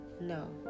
no